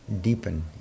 deepen